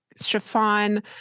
chiffon